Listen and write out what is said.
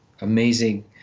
amazing